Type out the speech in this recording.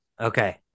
Okay